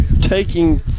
taking